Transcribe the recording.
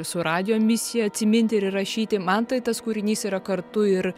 su radijo misija atsiminti ir įrašyti man tai tas kūrinys yra kartu ir